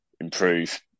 improve